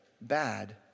bad